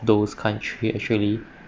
those country actually